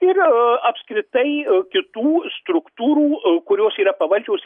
ir apskritai kitų struktūrų kurios yra pavaldžios